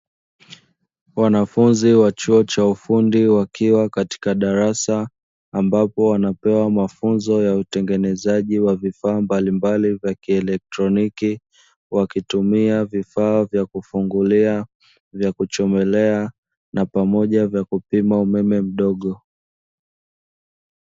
Wanafunzi wa chuo cha ufundi wakiwa katika darasa ambapo wanapewa mafunzo ya utengenezaji wa vifaa mbalimbali vya kielektroniki, wakitumia vifaa vya kufungulia vya kuchomelea na pamoja vya kupima umeme mdogo.